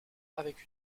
avec